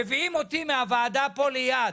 מביאים אותי מהוועדה פה ליד,